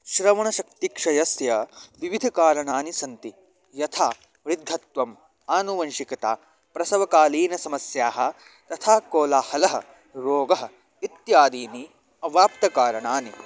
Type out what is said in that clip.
श्रवणशक्तिक्षयस्य विविधकारणानि सन्ति यथा वृद्धत्वम् आनुवंशिकता प्रसवकालीनसमस्याः तथा कोलाहलः रोगः इत्यादीनि अवाप्तकारणानि